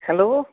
hello